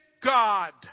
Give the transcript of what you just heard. God